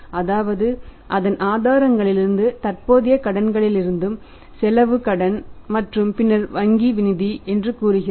அதாவது அதன் ஆதாரங்களிலிருந்து தற்போதைய கடன்களிலிருந்து செலவுக் கடன் மற்றும் பின்னர் வங்கி நிதி என்று கூறுகிறது